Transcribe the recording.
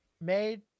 made